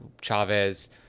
Chavez